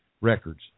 records